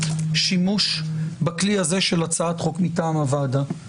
שימוש בכלי הזה של הצעת חוק מטעם הוועדה.